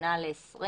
שמונה ל-20